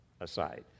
aside